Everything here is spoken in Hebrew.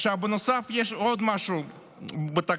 בנוסף, יש עוד משהו בתקציב